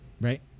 Right